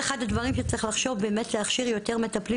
צריך לחשוב באמת על הכשרת יותר מטפלים